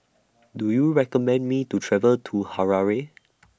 Do YOU recommend Me to travel to Harare